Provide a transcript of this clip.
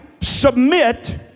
submit